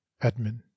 Edmund